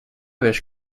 veš